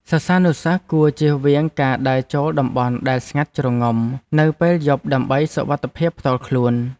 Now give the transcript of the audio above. សិស្សានុសិស្សគួរជៀសវាងការដើរចូលតំបន់ដែលស្ងាត់ជ្រងំនៅពេលយប់ដើម្បីសុវត្ថិភាពផ្ទាល់ខ្លួន។